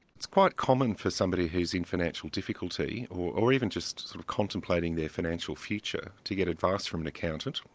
it's quite common for somebody who's in financial difficulty or even just sort of contemplating their financial future, to get advice from an accountant,